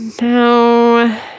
No